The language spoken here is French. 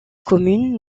commune